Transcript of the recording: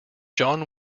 john